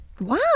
Wow